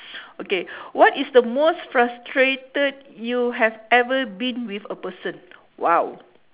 okay what is the most frustrated you have ever been with a person !wow!